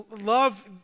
love